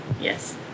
Yes